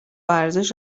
ارزش